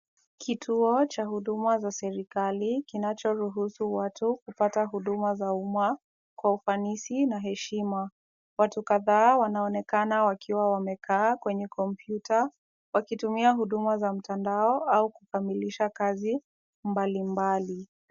Kituo cha huduma za serikali kinachoruhusu watu kupata huduma za umma kwa ufanisi na heshima. Watu kadha wanaonekana wakiwa wamekaa kwenye kompyuta wakitumia huduma za mtandao au kukamilisha kazi mbalimbali.